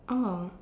oh